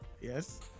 Yes